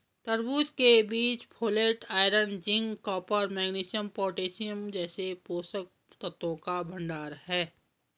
तरबूज के बीज folate, iron, zinc, copper, magnesium, potassium जैसे पोषक तत्वों का भंडार है